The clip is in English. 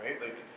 right